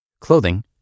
Clothing